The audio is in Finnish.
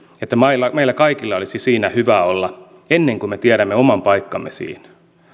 että meillä kaikilla olisi siinä hyvä olla ennen kuin me tiedämme oman paikkamme siinä